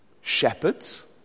Shepherds